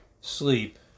sleep